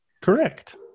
Correct